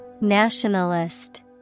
Nationalist